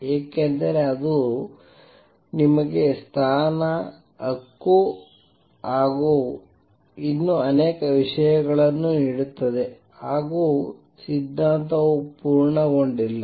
ಏಕೆಂದರೆ ಅದು ನಿಮಗೆ ಸ್ಥಾನ ಹಕ್ಕು ಮತ್ತು ಇನ್ನೂ ಅನೇಕ ವಿಷಯಗಳನ್ನು ನೀಡುತ್ತದೆ ಹಾಗೂ ಸಿದ್ಧಾಂತವು ಪೂರ್ಣಗೊಂಡಿಲ್ಲ